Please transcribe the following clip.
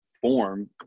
form